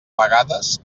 vegades